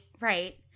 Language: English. right